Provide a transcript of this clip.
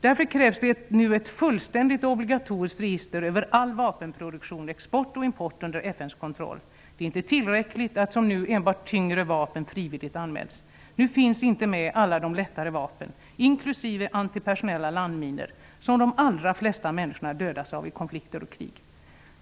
Därför krävs det nu ett fullständigt och obligatoriskt register över all vapenproduktion, export och import under FN:s kontroll. Det är inte tillräckligt att som nu enbart tyngre vapen frivilligt anmäls. Nu finns inte alla de lättare vapen med -- inklusive antipersonella landminor -- som de allra flesta människor dödas av i konflikter och krig.